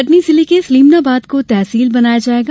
कटनी जिले के स्लीमनाबाद को तहसील बनाया जायेगा